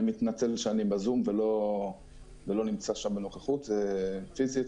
אני מתנצל שאני ב"זום" ולא נמצא בנוכחות פיסית.